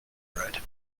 bread